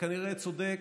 וכנראה צודק,